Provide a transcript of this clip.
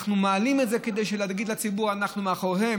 אנחנו מעלים את זה כדי להגיד לציבור שאנחנו מאחוריהם.